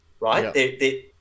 Right